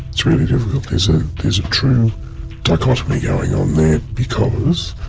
it's really difficult. there's ah there's a true dichotomy going on there because